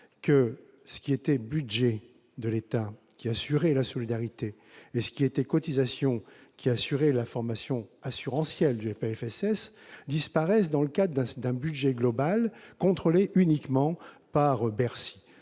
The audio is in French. que ce qui était, budget de l'État qui a assuré la solidarité et ce qui était cotisations qui a assuré la formation assurantiel Dieppe FSS disparaissent dans le cas d'un d'un budget global contrôlé uniquement par Bercy,